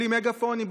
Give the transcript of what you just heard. בלי מגאפונים,